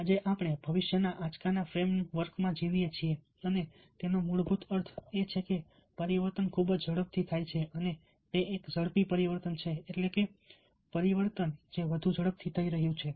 આજે આપણે ભવિષ્યના આંચકાના ફ્રેમ વર્કમાં જીવીએ છીએ અને તેનો મૂળભૂત અર્થ એ છે કે પરિવર્તન ખૂબ જ ઝડપી છે અને તે એક ઝડપી પરિવર્તન છે એટલે કે પરિવર્તન જે વધુ ઝડપથી થઈ રહ્યું છે